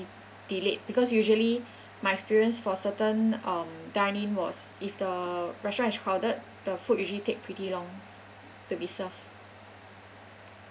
delayed because usually my experience for certain um dine in was if the restaurant is crowded the food usually take pretty long to be served